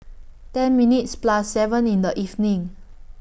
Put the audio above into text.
ten minutes Plus seven in The evening